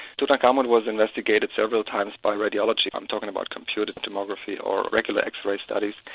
tutankhamen was investigated several times by radiology i'm talking about computer tomography or regular x-ray studies.